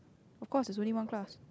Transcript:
of course is only one class